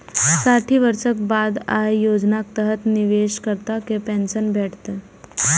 साठि वर्षक बाद अय योजनाक तहत निवेशकर्ता कें पेंशन भेटतै